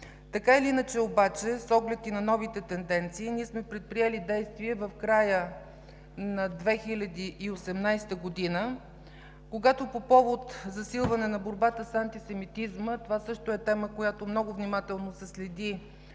Така или иначе обаче, с оглед и на новите тенденции, ние сме предприели действия в края на 2018 г., когато, по повод засилване на борбата с антисемитизма – това също е тема, която много внимателно се следи